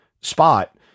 spot